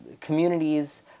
communities